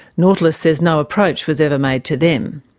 nautilus says no approach was ever made to them.